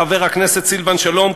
חבר הכנסת סילבן שלום,